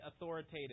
authoritative